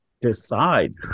decide